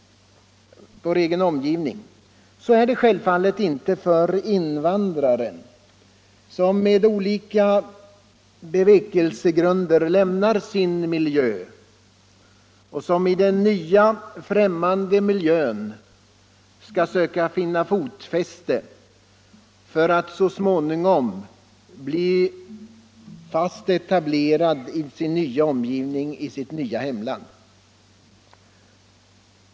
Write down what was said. Så är det självfallet inte för invandraren, som med olika bevekelsegrunder lämnar sin hemmiljö och som i den nya, främmande miljön skall söka finna fotfäste för att så småningom bli fast etablerad i sin nya omgivning, sitt nya hemland.